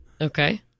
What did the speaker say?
Okay